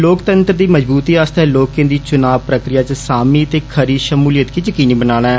लोकतंत्र दी मजबूती आस्तै लोकें दी चुनाऽ प्रक्रिया च सामी ते खरी षमूलियत गी यकीनी बनाना ऐ